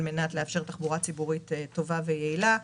על מנת לאפשר תחבורה ציבורית טובה ויעילה.